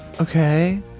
Okay